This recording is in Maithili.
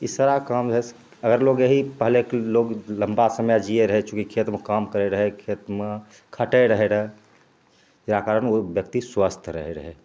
ई सारा काम जे हइ अगर लोग पहिले यहीं लोग लम्बा समय जीयै रहै चुकि खेत मऽ काम करै रहै खेत मऽ खटै रहै र जेकरा कारण ब्यक्ति स्वस्थ रहै रहै